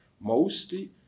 mostly